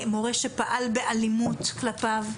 מורה שפעל באלימות כלפיו,